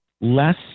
less